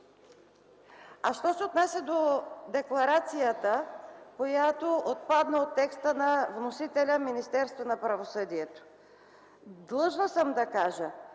А що се отнася до декларацията, която отпадна от текста на вносителя – Министерство на правосъдието, длъжна съм да кажа,